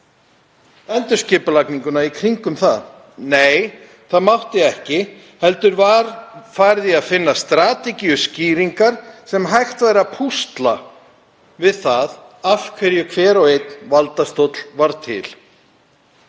endurskipulagninguna í kringum það. Nei, það mátti ekki, heldur var farið í að finna strategíuskýringar sem hægt væri að púsla við það af hverju hver og einn valdastóll varð til.